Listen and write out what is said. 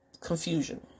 confusion